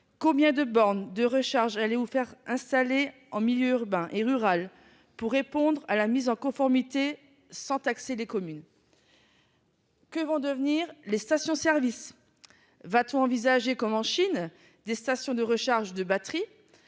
Combien de bornes de recharge allez-vous faire installer en milieu urbain et rural pour assurer la mise en conformité sans taxer les communes ? Que vont devenir les stations-service ? Va-t-on envisager, comme en Chine, des stations de recharge de batteries ?